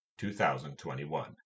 2021